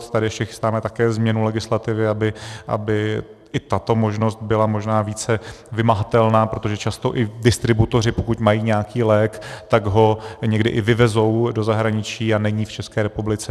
Tady ještě chystáme také změnu legislativy, aby i tato možnost byla možná více vymahatelná, protože často i distributoři, pokud mají nějaký lék, tak ho někdy i vyvezou do zahraničí a není v České republice.